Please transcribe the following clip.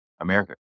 America